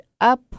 up